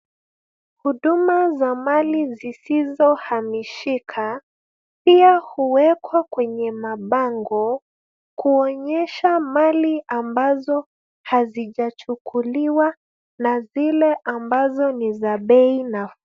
Huduma za mali zisizohamishika, pia huwekwa kwenye mabango, kuonyesha mali ambazo hazijachukuliwa na zile ambazo ni za bei nafuu.